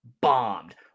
bombed